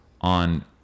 on